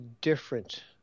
different